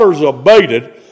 abated